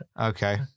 Okay